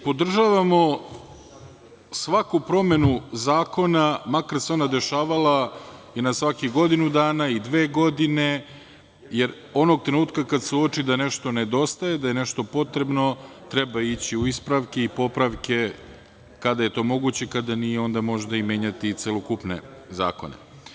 Podržavamo svaku promenu zakona, makar se ona dešavala i na svakih godinu dana, dve godine, jer onog trenutka kad se uoči da nešto nedostaje, da je nešto potrebno, treba ići u ispravke i popravke kada je to moguće, kada nije, onda možda menjati i celokupne zakone.